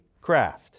craft